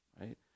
Right